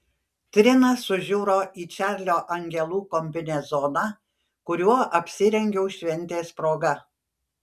trina sužiuro į čarlio angelų kombinezoną kuriuo apsirengiau šventės proga